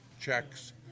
checks